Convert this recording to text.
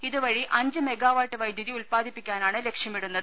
ഇതുവഴി അഞ്ച് മെഗാവാട്ട് വൈദ്യുതി ഉല്പ്പാദിപ്പി ക്കാനാണ് ലക്ഷ്യമിടുന്നത്